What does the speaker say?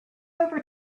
over